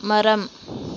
மரம்